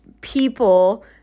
people